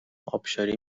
ابشاری